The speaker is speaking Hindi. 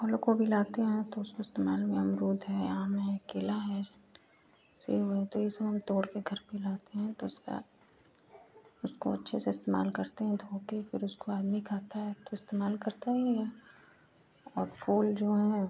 फलों को भी लाते हैं तो उसको इस्तेमाल में अमरूद है आम है केला है सेव है तो ये सब हम तोड़ कर घर पर लाते हैं तो उसका उसको अच्छे से इस्तेमाल करते हैं धो के फिर उसको आदमी खाता है एक तो इस्तेमाल करता ही है और फूल जो हैं